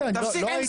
תפסיק כבר, תפסיקו.